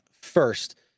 first